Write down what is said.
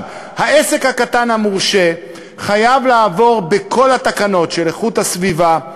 העסק הקטן המורשה חייב לעבור בכל התקנות של איכות הסביבה,